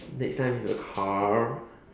next time if your car